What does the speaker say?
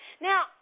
Now